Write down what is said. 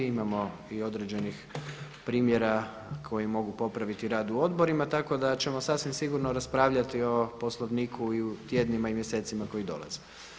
Imamo i određenih primjera koji mogu popraviti rad u odborima, tako da ćemo sasvim sigurno raspravljati o Poslovniku i u tjednima i mjesecima koji dolaze.